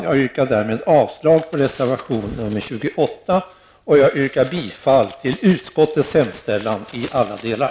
Jag yrkar därmed avslag på reservation 28 och bifall till utskottets hemställan i alla delar.